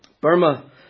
Burma